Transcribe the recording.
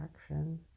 action